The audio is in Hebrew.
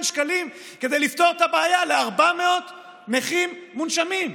שקלים כדי לפתור את הבעיה ל-400 נכים מונשמים.